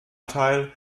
teil